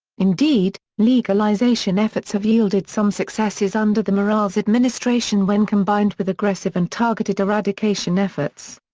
indeed, legalization efforts have yielded some successes under the morales administration when combined with aggressive and targeted eradication efforts.